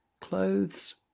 Clothes